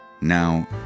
Now